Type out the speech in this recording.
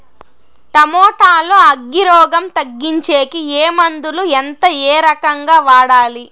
Tomato లో అగ్గి రోగం తగ్గించేకి ఏ మందులు? ఎంత? ఏ రకంగా వాడాలి?